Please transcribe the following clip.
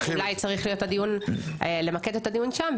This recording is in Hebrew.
צריך למקד את הדיון אולי שם,